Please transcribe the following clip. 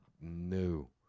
no